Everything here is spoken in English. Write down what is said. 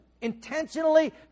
intentionally